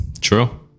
True